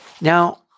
Now